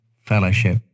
fellowship